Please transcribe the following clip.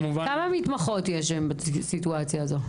כמה מתמחות יש בסיטואציה הזו?